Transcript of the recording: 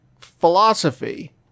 philosophy